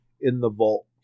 in-the-vault